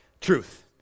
Truth